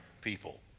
people